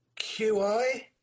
QI